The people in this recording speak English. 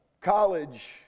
college